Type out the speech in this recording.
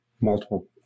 multiple